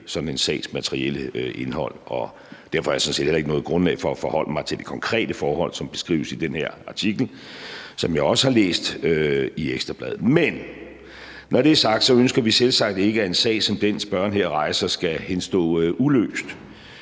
sådan en sags materielle indhold, og derfor har jeg sådan set heller ikke noget grundlag for at forholde mig til det konkrete forhold, som beskrives i den her artikel i Ekstra Bladet, som jeg også har læst. Men når det er sagt, ønsker vi selvsagt ikke, at en sag som den, spørgeren her rejser, skal henstå uløst,